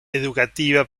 educativa